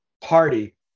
party